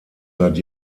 seit